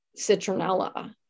citronella